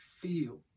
feel